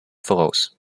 voraus